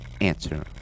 answer